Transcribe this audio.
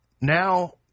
now